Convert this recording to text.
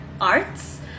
arts